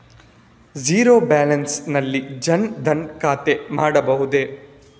Zero balance ನಲ್ಲಿ ಜನ್ ಧನ್ ಖಾತೆ ಮಾಡಬಹುದೇ?